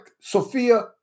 Sophia